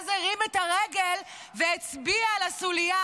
ואז הרים את הרגל והצביע על הסוליה,